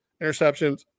interceptions